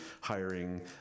hiring